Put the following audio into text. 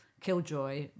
killjoy